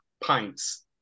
pints